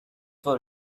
for